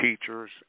teachers